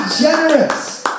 generous